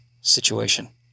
situation